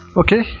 okay